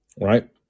right